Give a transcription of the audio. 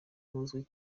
buzwi